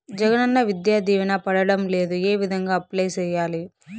జగనన్న విద్యా దీవెన పడడం లేదు ఏ విధంగా అప్లై సేయాలి